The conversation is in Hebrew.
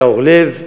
היה אורלב במפד"ל,